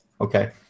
Okay